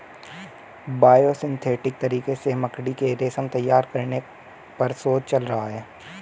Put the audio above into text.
biosynthetic तरीके से मकड़ी के रेशम तैयार करने पर शोध चल रहा है